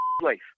place